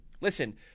Listen